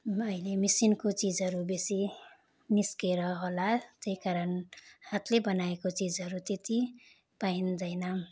अहिले मसिनको चिजहरू बेसी निस्केर होला त्यही कारण हातले बनाएको चिजहरू त्यति पाइँदैनन्